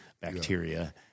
bacteria